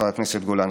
חברת הכנסת גולן,